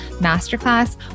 masterclass